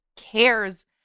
cares